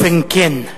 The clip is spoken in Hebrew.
באופן כן.